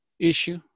Issue